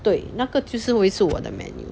对那个就是会是我的 menu